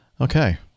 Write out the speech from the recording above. Okay